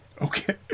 Okay